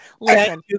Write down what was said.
Listen